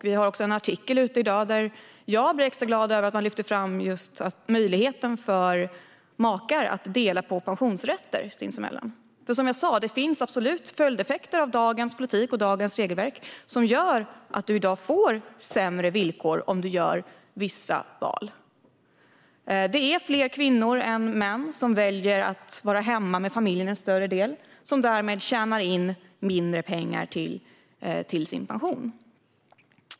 Vi har också en artikel ute i dag, och jag blev extra glad att man där lyfter fram möjligheten för makar att dela pensionsrätter mellan sig. Som jag sa finns det absolut följdeffekter av dagens politik och regelverk som gör att du får sämre villkor om du gör vissa val. Det är fler kvinnor än män som väljer att vara hemma mer med familjen och som därmed tjänar in mindre pengar till sin pension.